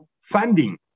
funding